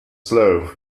slow